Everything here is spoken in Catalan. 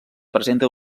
presenta